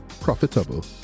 profitable